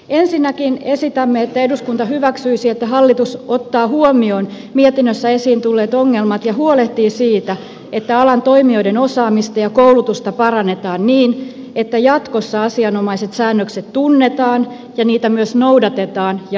ensinnäkin esitämme että eduskunta hyväksyisi että hallitus ottaa huomioon mietinnössä esiin tulleet ongelmat ja huolehtii siitä että alan toimijoiden osaamista ja koulutusta parannetaan niin että jatkossa asianomaiset säännökset tunnetaan ja niitä myös noudatetaan ja valvotaan